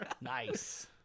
nice